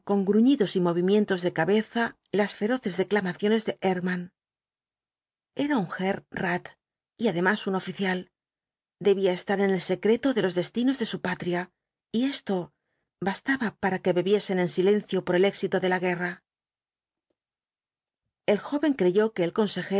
gruñidos y movimientos de cabeza las feroces declamaciones de erckmann era un herr rath y además un oficial debía estar en el secreto de los destinos de su patria y esto bastaba para que bebiesen en silencio por el éxito de la guerra el joven creyó que el consejero